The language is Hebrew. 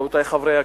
רבותי חברי הכנסת,